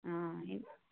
आं एह्